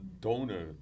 donor